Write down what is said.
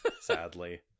sadly